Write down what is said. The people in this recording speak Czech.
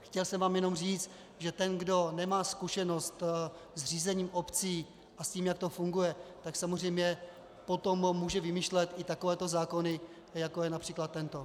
Chtěl jsem vám jenom říct, že ten, kdo nemá zkušenost s řízením obcí a s tím, jak to funguje, potom samozřejmě může vymýšlet i takovéto zákony, jako je například tento.